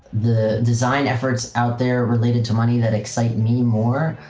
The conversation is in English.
the design efforts out there, related to money that excite me more,